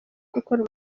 gukora